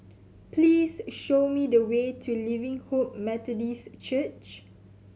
please show me the way to Living Hope Methodist Church